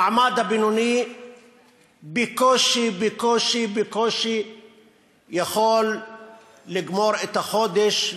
המעמד הבינוני בקושי בקושי בקושי יכול לגמור את החודש,